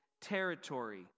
territory